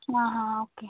ആ ആഹാ ഓക്കെ